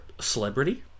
celebrity